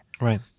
Right